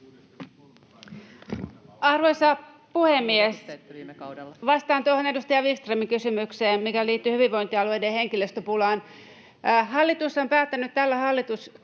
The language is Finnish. Arvoisa puhemies! Vastaan tuohon edustaja Vikströmin kysymykseen, mikä liittyi hyvinvointialueiden henkilöstöpulaan. Hallitus on päättänyt tällä hallituskaudella